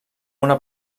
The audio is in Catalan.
una